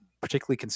particularly